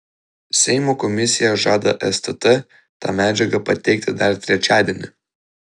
seimo komisija žada stt tą medžiagą pateikti dar trečiadienį